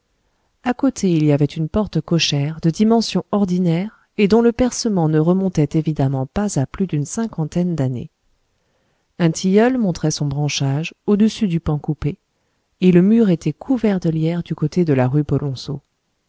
à côté il y avait une porte cochère de dimension ordinaire et dont le percement ne remontait évidemment pas à plus d'une cinquantaine d'années un tilleul montrait son branchage au-dessus du pan coupé et le mur était couvert de lierre du côté de la rue